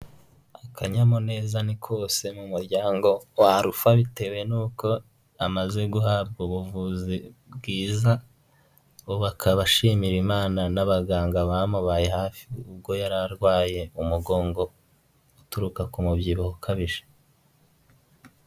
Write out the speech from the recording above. Akanyamuneza ni kose, mu muryango wa Alpha bitewe n'uko amaze guhabwa ubuvuzi bwiza, ubu akaba ashimira imana n'abaganga bamubaye hafi ubwo yari arwaye, umugongo uturuka ku mubyibuho ukabije.